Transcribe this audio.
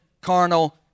carnal